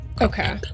Okay